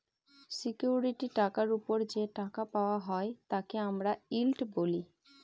security টাকার ওপর যে টাকা পাওয়া হয় তাকে আমরা ইল্ড বলি